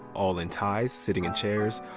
all in ties, sitting in chairs.